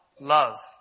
love